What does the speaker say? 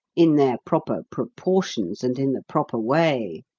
in their proper proportions and in the proper way.